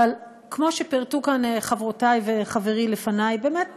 אבל כמו שפירטו כאן חברותי וחברי לפני, באמת